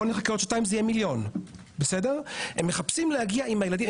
ובואו נחכה עוד שנתיים זה יהיה מיליון,